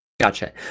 Gotcha